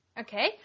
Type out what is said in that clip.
Okay